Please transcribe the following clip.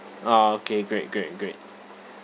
ah okay great great great